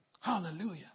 Hallelujah